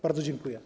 Bardzo dziękuję.